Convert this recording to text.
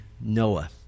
Noah